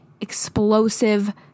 explosive